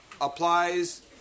applies